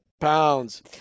pounds